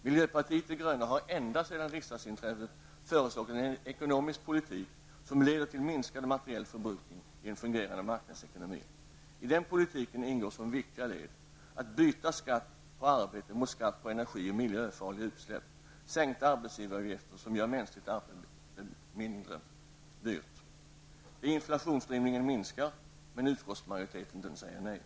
Miljöpartiet de gröna har ända sedan riksdagsinträdet föreslagit en ekonomisk politik som leder till minskad materiell förbrukning i en fungerande marknadsekonomi. I den politiken ingår som viktiga led: 1. att byta skatt på arbete mot skatt på energi och miljöfarliga utsläpp. Sänkta arbetsgivaravgifter gör mänskligt arbete mindre dyrt. Inflationsdrivningen minskar. Men utskottsmajoritet säger nej.